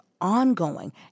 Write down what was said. ongoing